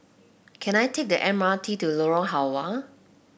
can I take the M R T to Lorong Halwa